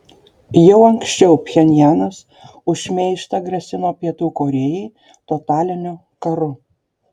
jau anksčiau pchenjanas už šmeižtą grasino pietų korėjai totaliniu karu